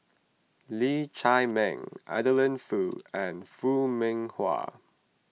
Lee Chiaw Meng Adeline Foo and Foo Mee Har